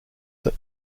that